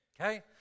Okay